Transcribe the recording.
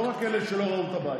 לא רק אלה שלא ראו את הבית.